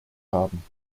haben